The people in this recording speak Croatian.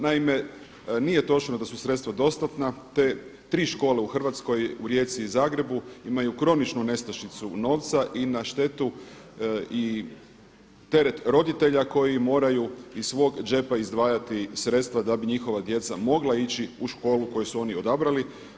Naime, nije točno da su sredstva dostatna, te tri škole u Hrvatskoj u Rijeci i Zagrebu imaju kroničnu nestašicu novca i na štetu i teret roditelja koji moraju iz svog džepa izdvajati sredstva da bi njihova djeca mogla ići u školu koju su oni odabrali.